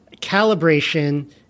calibration